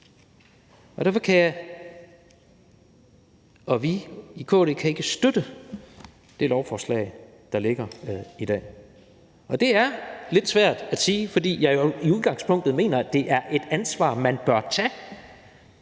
Derfor kan jeg og vi i KD ikke støtte det lovforslag, der ligger i dag. Det er lidt svært at sige, fordi jeg jo i udgangspunktet mener, at det er et ansvar, man bør tage,